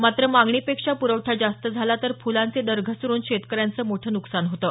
मात्र मागणीपेक्षा पुरवठा जास्त झाला तर फुलांचे दर घसरून शेतकऱ्यांचं मोठं नुकसान होतं